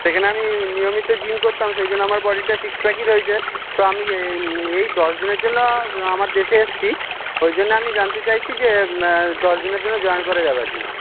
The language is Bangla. সেখানে আমি নিয়মিত জিম করতাম সেই জন্য আমার বডিটা সিক্স প্যাকই রয়েছে তো আমি এই দশ দিনের জন্য আমার দেশে এসছি ওই জন্য আমি জানতে চাইছি যে দশ দিনের জন্য জয়েন করা যাবে কি না